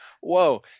whoa